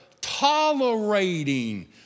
tolerating